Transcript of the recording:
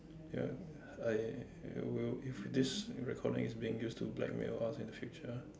I I I will if this recording is being used to blackmail us in the future